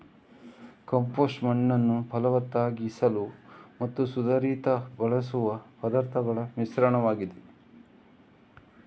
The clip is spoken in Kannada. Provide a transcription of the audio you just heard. ಕಾಂಪೋಸ್ಟ್ ಮಣ್ಣನ್ನು ಫಲವತ್ತಾಗಿಸಲು ಮತ್ತು ಸುಧಾರಿಸಲು ಬಳಸುವ ಪದಾರ್ಥಗಳ ಮಿಶ್ರಣವಾಗಿದೆ